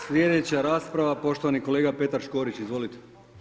Slijedeća rasprava poštovani kolega Petar Škorić, izvolite.